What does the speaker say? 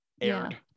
aired